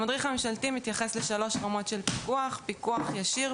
המדריך הממשלתי מתייחס לשלוש רמות של פיקוח: פיקוח ישיר,